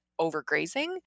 overgrazing